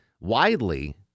widely